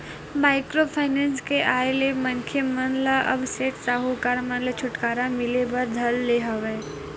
micro finance के आय ले मनखे मन ल अब सेठ साहूकार मन ले छूटकारा मिले बर धर ले हवय